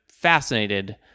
fascinated